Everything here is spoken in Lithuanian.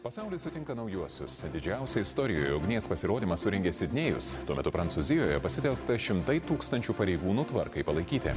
pasaulis sutinka naujuosius didžiausią istorijoje ugnies pasirodymą surengė sidnėjus tuo metu prancūzijoje pasitelkta šimtai tūkstančių pareigūnų tvarkai palaikyti